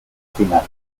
final